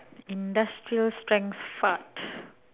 industrial strengths fart